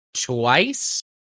twice